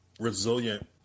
resilient